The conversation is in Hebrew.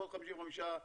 ועוד 55 מכיל.